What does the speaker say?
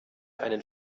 einen